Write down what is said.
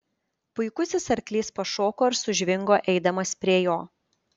puikusis arklys pašoko ir sužvingo eidamas prie jo